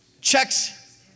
checks